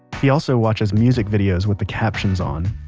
he also watches music videos with the captions on.